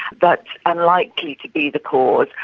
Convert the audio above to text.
but unlikely to be the cause.